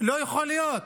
לא יכול להיות,